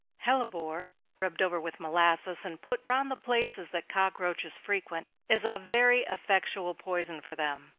hellebore, rubbed over with molasses, and put round the places that cockroaches frequent, is a very effectual poison for them.